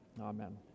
Amen